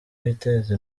biteza